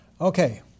Okay